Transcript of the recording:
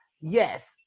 yes